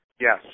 Yes